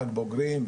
רק בוגרים,